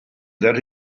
that